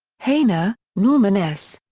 hayner, norman s.